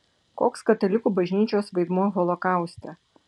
koks katalikų bažnyčios vaidmuo holokauste